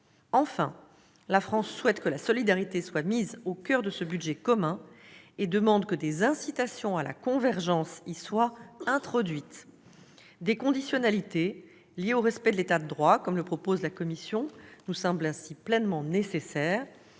Enfin, la France souhaite que la solidarité soit mise au coeur de ce budget commun et demande que des incitations à la convergence y soient introduites. Des conditionnalités liées au respect de l'État de droit, comme le propose la Commission, nous semblent ainsi pleinement nécessaires,